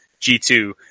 G2